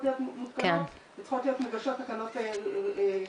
להיות מותקנות וצריכות להיות מוגשות תקנות לגביהם.